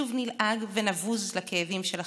שוב נלעג ונבוז לכאבים של אחרים.